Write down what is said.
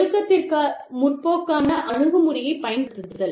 ஒழுக்கத்திற்கு முற்போக்கான அணுகுமுறையைப் பயன்படுத்துதல்